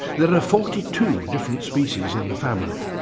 there are forty two different species in the family.